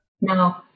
No